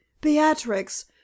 Beatrix